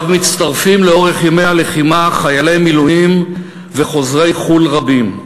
שאליהם מצטרפים לאורך ימי הלחימה חיילי מילואים וחוזרי חו"ל רבים,